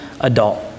adult